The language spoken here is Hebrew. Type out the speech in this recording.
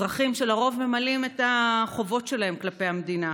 אזרחים שלרוב ממלאים את החובות שלהם כלפי המדינה,